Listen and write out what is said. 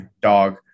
dog